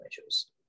measures